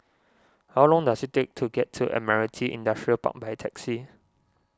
how long does it take to get to Admiralty Industrial Park by taxi